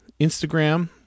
Instagram